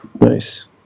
Nice